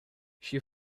she